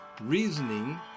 reasoning